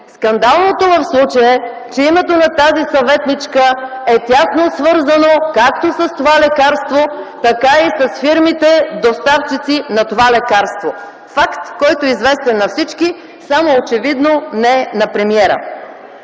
Скандалното в случая е, че името на тази съветничка е тясно свързано както с това лекарство, така и с фирмите-доставчици на това лекарство - факт, който е известен на всички, само очевидно не и на премиера.